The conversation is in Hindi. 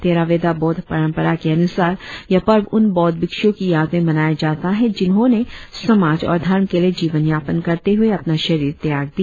थेरा वेदा बौद्ध परंपरा के अनुसार यह पर्व उन बौद्ध भिक्षुओं की याद में मनाया जाता है जिन्होंने समाज और धर्म के लिए जीवन यापन करते हुए अपना शरीर त्याग दिया